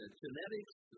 genetics